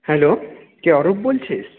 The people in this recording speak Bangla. হ্যালো কে অরূপ বলছিস